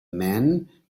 men